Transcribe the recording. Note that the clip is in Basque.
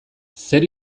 zer